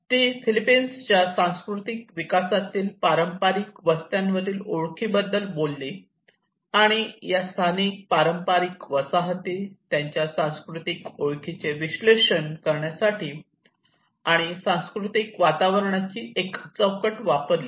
ती फिलिपिन्सच्या सांस्कृतिक विकासातील पारंपारिक वस्त्यांवरील ओळखीबद्दल बोलली आणि या स्थानिक पारंपारिक वसाहती त्यांच्या सांस्कृतिक ओळखीचे विश्लेषण करण्यासाठी आणि सांस्कृतिक वातावरणाची एक चौकट वापरली